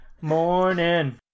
morning